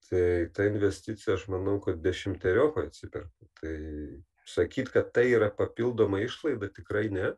tai ta investicija aš manau kad dešimteriopai atsiperka tai sakyt kad tai yra papildoma išlaida tikrai ne